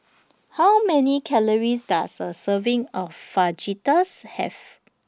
How Many Calories Does A Serving of Fajitas Have